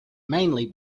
mainly